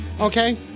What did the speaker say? Okay